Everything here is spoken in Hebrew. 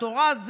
התורה,